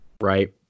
Right